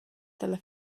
dalla